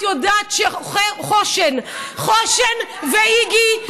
את יודעת שחוש"ן ואיגי,